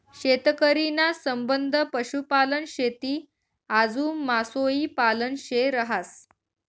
शेतकरी ना संबंध पशुपालन, शेती आजू मासोई पालन शे रहास